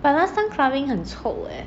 but last time clubbing 很臭 eh